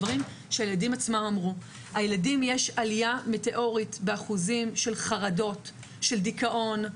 יש עלייה מטאורית באחוזים של חרדה ודיכאון,